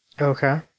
Okay